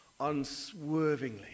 unswervingly